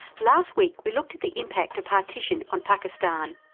last week we looked at the impact of partition on pakistan.